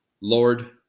Lord